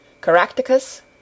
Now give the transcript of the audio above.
Caractacus